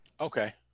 Okay